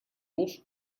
los